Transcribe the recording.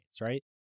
right